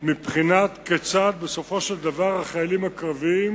מבחינת כיצד בסופו של דבר החיילים הקרביים